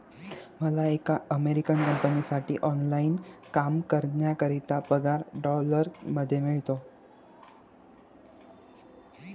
मला एका अमेरिकन कंपनीसाठी ऑनलाइन काम करण्याकरिता पगार डॉलर मध्ये मिळतो